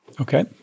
Okay